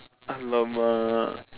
alamak